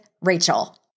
Rachel